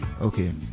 okay